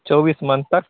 चौबीस मंथ तक